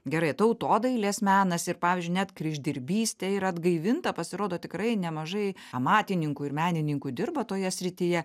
gerai tautodailės menas ir pavyzdžiui net kryždirbystė yra atgaivinta pasirodo tikrai nemažai amatininkų ir menininkų dirba toje srityje